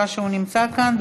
ואני רואה שהוא נמצא כאן.